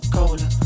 Cola